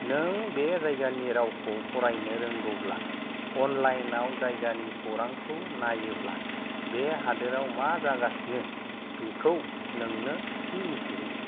नों बे जायगानि रावखौ फरायनो रोंगौब्ला अनलाइनाव जायगानि खौरांखौ नायोब्ला बे हादोराव मा जागासिनो बेखौ नोंनो थि मिन्थिहोयो